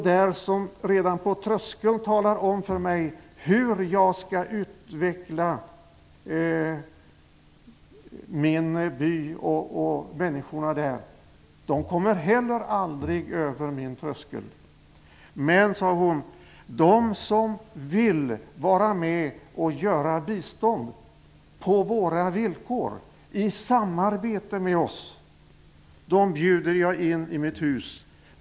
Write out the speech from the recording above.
De som redan på tröskeln talar om för mig hur jag skall utveckla min by och människorna där kommer heller aldrig över min tröskel. Men de som vill vara med och bistå oss på våra villkor och i samarbete med oss bjuder jag in i mitt hus.